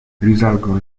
risalgono